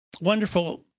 wonderful